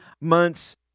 months